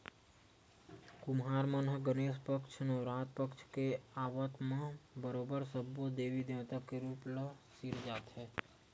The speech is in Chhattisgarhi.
कुम्हार मन ह गनेस पक्छ, नवरात पक्छ के आवब म बरोबर सब्बो देवी देवता के रुप ल सिरजाथे